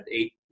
eight